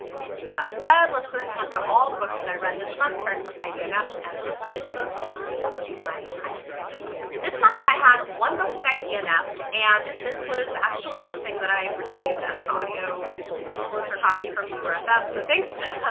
with that said let's go ahead and talk about all the books that i read this month, starting with my dnfs and lowest rated books, moving up to my highest rated books. this month i had one book that i dnf'd and this was actually something that i received as an audio influencer copy from libro fm, so thanks to